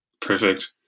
perfect